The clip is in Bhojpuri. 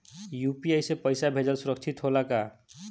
यू.पी.आई से पैसा भेजल सुरक्षित होला का?